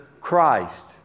Christ